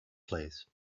place